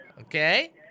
Okay